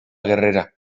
guerrera